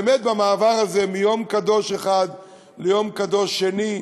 באמת במעבר הזה מיום קדוש אחד ליום קדוש שני,